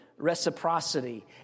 reciprocity